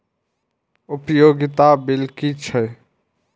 उपयोगिता बिल कि छै?